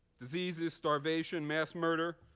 diseases, starvation, mass murder.